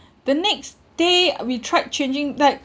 the next day we tried changing like